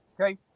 okay